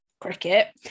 cricket